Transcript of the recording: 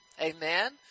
amen